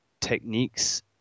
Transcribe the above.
techniques